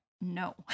no